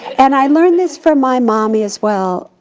and i learned this from my mommy as well,